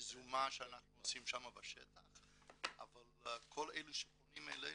יזומה שאנחנו עושים שם בשטח אבל כל אלה שפונים אלינו,